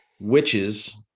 witches